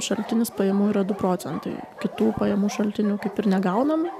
šaltinis pajamų yra du procentai kitų pajamų šaltinių kaip ir negaunam